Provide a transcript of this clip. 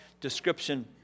description